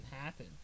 happen